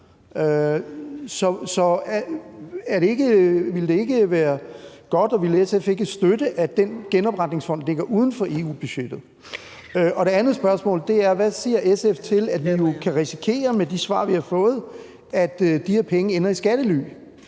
Så ville det ikke være godt, og ville SF ikke støtte, at den genopretningsfond ligger uden for EU-budgettet? Det andet spørgsmål er: Hvad siger SF til, at vi jo med de svar, vi har fået, kan risikere, at de her penge ender i skattely?